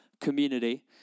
community